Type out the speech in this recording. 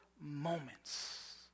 moments